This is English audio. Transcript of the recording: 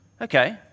Okay